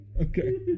Okay